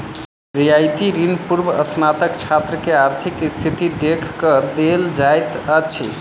रियायती ऋण पूर्वस्नातक छात्र के आर्थिक स्थिति देख के देल जाइत अछि